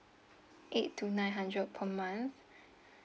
eight to nine hundred per month